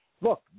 look